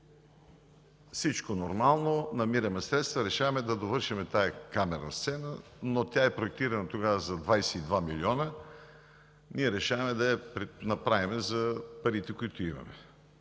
Всичко е нормално, намираме средства, решаваме да довършим тази камерна сцена, но тя е проектирана тогава за 22 милиона. Ние решаваме да я направим за парите, които имаме.